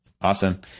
Awesome